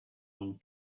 long